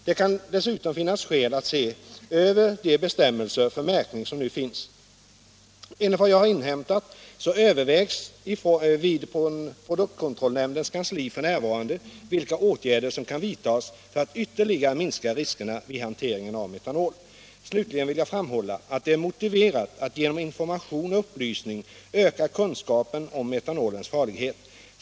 Det kan dessutom finnas skäl att se över de bestämmelser för märkning som nu finns. Enligt vad jag har inhämtat övervägs vid produktkontrollnämndens kansli f.n. vilka åtgärder som kan vidtas för att ytterligare minska riskerna vid hanteringen av metanol. Slutligen vill jag framhålla att det är motiverat att genom information och upplysning öka kunskapen om metanolens. farlighet.